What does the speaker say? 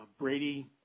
Brady